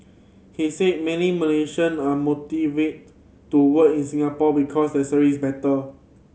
he said many Malaysian are motivated to work in Singapore because the salary is better